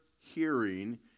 hearing